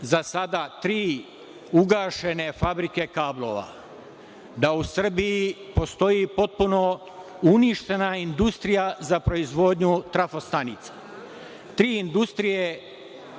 za sada, tri ugašene fabrike kablova, da u Srbiji postoji potpuno uništena industrija za proizvodnju trafostanica. Tri kablovske